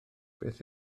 beth